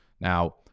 Now